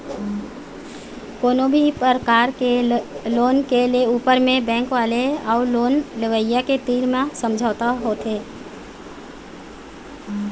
कोनो भी परकार के लोन के ले ऊपर म बेंक वाले अउ लोन लेवइया के तीर म समझौता होथे